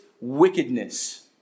wickedness